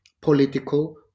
political